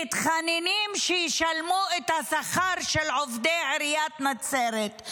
מתחננים שישלמו את השכר של עובדי עיריית נצרת,